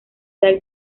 edad